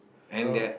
and their